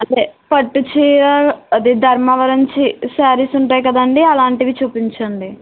అదే పట్టు చీర అది ధర్మవరం చీ శారీస్ ఉంటాయి కదండి అలాంటివి చూపించండి